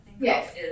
Yes